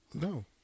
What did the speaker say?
No